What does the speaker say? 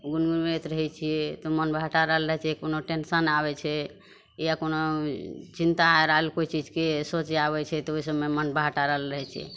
गुनगुनबैत रहै छियै तऽ मोन बहटारल रहै छै कोनो टेंसन आबै छै या कोनो चिन्ता रहल कोइ चीजके सोचि आबै छै तऽ ओहि सभमे मोन बहटारल रहै छै